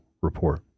report